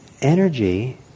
energy